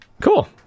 cool